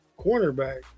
cornerback